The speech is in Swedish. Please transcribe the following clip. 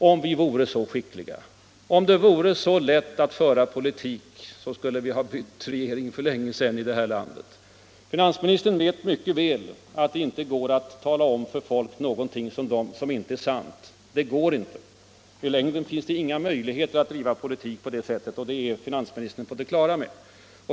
Om vi vore så skickliga! Om det vore så lätt att föra politik skulle man ha bytt regering för länge sedan i det här landet. Finansministern vet mycket väl att i längden finns det inga möjligheter att driva politik på det sätt som han här gör.